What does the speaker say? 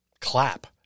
clap